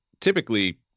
typically